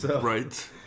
Right